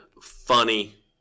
funny